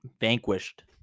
vanquished